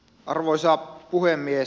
arvoisa puhemies